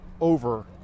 over